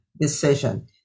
decision